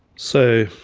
so,